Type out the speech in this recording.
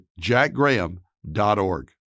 jackgraham.org